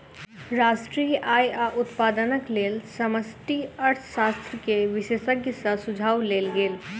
राष्ट्रीय आय आ उत्पादनक लेल समष्टि अर्थशास्त्र के विशेषज्ञ सॅ सुझाव लेल गेल